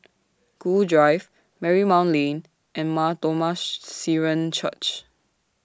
Gul Drive Marymount Lane and Mar Thoma Syrian Church